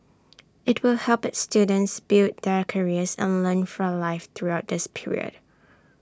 IT will help its students build their careers and learn for life throughout this period